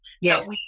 Yes